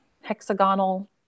hexagonal